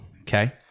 okay